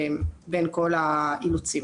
בין כל האילוצים.